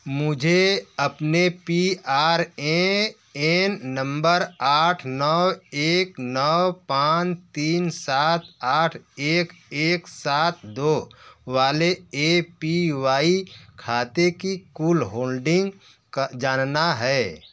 मुझे अपने P R A N नंबर आठ नौ एक नौ पाँच तीन सात आठ एक एक सात दो वाले ए पी वाई खाते की कुल होल्डिंग का जानना है